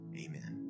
Amen